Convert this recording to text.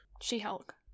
She-Hulk